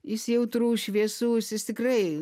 jis jautrus šviesus jis tikrai